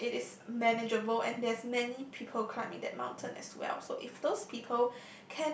and it is manageable and there is many people climbing that mountain as well so if those people